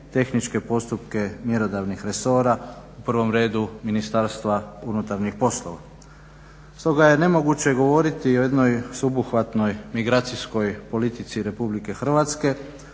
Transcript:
tehničke postupke mjerodavnih resora. U prvom redu Ministarstva unutarnjih poslova. Stoga je nemoguće govoriti o jednoj sveobuhvatnoj migracijskoj politici RH a